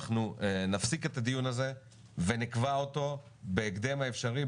אנחנו נפסיק את הדיון הזה ונקבע אותו בהקדם האפשרי,